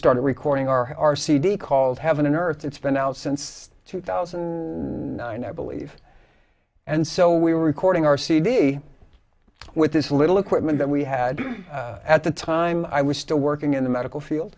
started recording our our cd called heaven on earth it's been out since two thousand believe and so we were recording our cd with this little equipment that we had at the time i was still working in the medical field